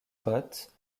scott